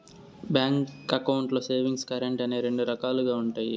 bank అకౌంట్లు savings, current అని రెండు రకాలుగా ఉంటాయి